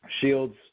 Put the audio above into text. Shields